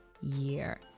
year